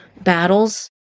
battles